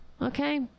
okay